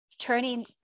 turning